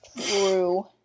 True